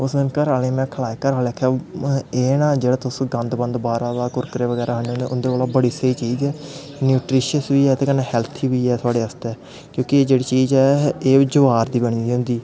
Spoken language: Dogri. उस दिन घरै आह्लें गी में खलाए घरै आह्लें आखेआ एह् ना जेह्ड़ा तुस गंद मंद बाह्रा दा कुरकुरे बगैरा खाने होन्ने उं'दे कोला बड़ी स्हेई चीज़ ऐ न्यूटरिशिस बी ऐ ते कन्नै हैल्थी बी ऐ थोआढ़े आस्तै क्योंकि एह् जेह्ड़ी चीज़ ऐ एह् ज्वार दी बनी दी होंदी